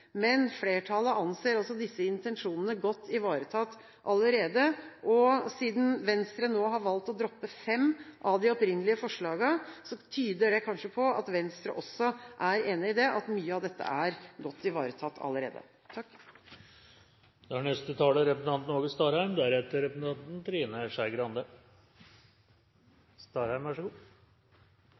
men at flertallet anser disse intensjonene som godt ivaretatt allerede. Siden Venstre nå har valgt å droppe fem av de opprinnelige forslagene, tyder det kanskje på at Venstre også er enig i at mye av dette allerede er godt ivaretatt. Eg har berre behov for å kome med ei stemmeforklaring: Framstegspartiet kjem til å støtte Venstres forslag nr. 4, nr. 5, nr. 6 og nr. 7. Neste taler